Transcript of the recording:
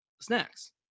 Snacks